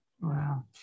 Wow